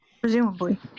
Presumably